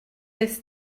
est